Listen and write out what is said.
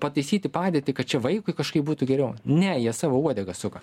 pataisyti padėtį kad čia vaikui kažkaip būtų geriau ne jie savo uodegą suka